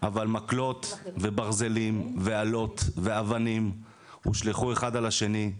אבל מקלות וברזלים ואלות ואבנים הושלכו אחד על השני.